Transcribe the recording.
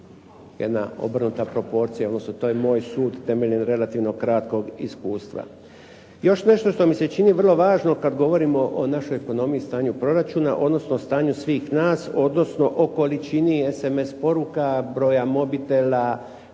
Jedna obrnuta proporcija, odnosno to je moj sud temeljem relativno kratkog iskustva. Još nešto što mi se čini vrlo važno kad govorimo o našoj ekonomiji, stanju proračuna, odnosno stanju svih nas, odnosno o količini sms poruka, broja mobitela,